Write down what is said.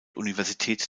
universität